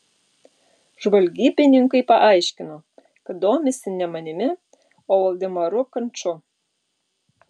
žvalgybininkai paaiškino kad domisi ne manimi o valdemaru kanču